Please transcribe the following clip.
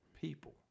people